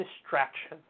distraction